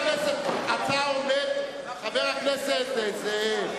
זה, חבר הכנסת זאב.